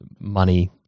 money